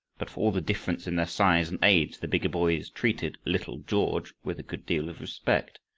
but for all the difference in their size and age the bigger boys treated little george with a good deal of respect.